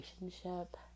relationship